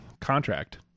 contract